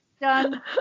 done